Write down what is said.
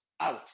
out